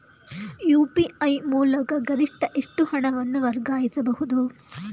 UPI ಮೂಲಕ ಗರಿಷ್ಠ ಎಷ್ಟು ಹಣವನ್ನು ವರ್ಗಾಯಿಸಬಹುದು?